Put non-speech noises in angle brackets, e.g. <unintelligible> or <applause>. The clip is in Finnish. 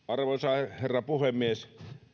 <unintelligible> arvoisa herra puhemies